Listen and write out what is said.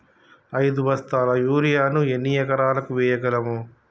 ఐదు బస్తాల యూరియా ను ఎన్ని ఎకరాలకు వేయగలము?